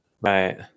Right